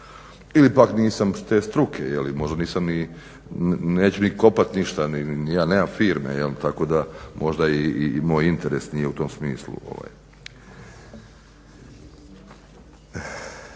ili pak nisam s te struke, možda nisam, neću ni kopat ništa. Ja nemam firme možda i moj interes nije u tom smislu